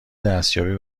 دستیابی